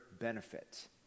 benefit